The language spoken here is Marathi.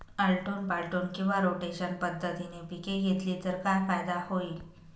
आलटून पालटून किंवा रोटेशन पद्धतीने पिके घेतली तर काय फायदा होईल?